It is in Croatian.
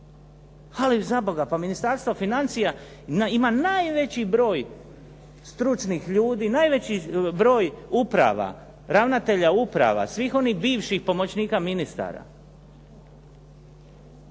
Ali zaboga, pa Ministarstvo financija ima najveći broj stručnih ljudi, najveći broj uprava, ravnatelja uprava, svih onih bivših pomoćnika ministara.